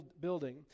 building